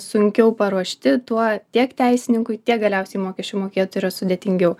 sunkiau paruošti tuo tiek teisininkui tiek galiausiai mokesčių mokėtojui yra sudėtingiau